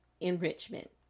enrichment